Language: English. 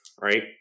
right